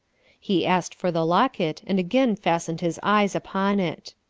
he asked for the locket, and again fastened his eyes upon it.